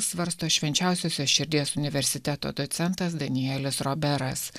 svarsto švenčiausiosios širdies universiteto docentas danielis roberas